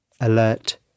Alert